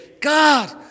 God